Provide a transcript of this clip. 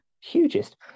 hugest